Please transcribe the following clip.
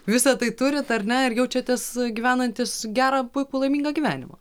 visą tai turi ar ne ir jaučiatės gyvenantis gerą puikų laimingą gyvenimą